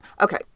Okay